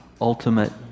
ultimate